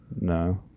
No